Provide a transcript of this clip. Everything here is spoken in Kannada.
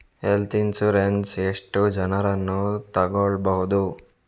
ಹೆಲ್ತ್ ಇನ್ಸೂರೆನ್ಸ್ ಎಷ್ಟು ಜನರನ್ನು ತಗೊಳ್ಬಹುದು?